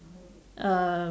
uh